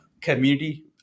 community